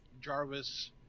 Jarvis